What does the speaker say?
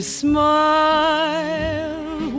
smile